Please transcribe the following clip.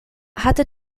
hatte